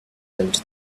build